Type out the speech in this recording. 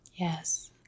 Yes